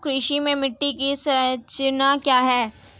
कृषि में मिट्टी की संरचना क्या है?